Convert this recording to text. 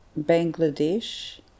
Bangladesh